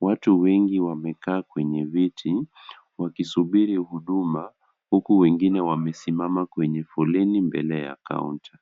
Watu wengi wamekaa kwenye viti wakisubiri huduma huku wengine wamesimama kwenye foleni mbele ya kaunta.